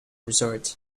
resort